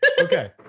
Okay